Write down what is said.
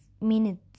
minutes